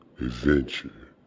adventure